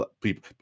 people